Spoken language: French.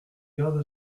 gardes